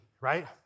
right